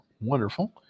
wonderful